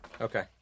Okay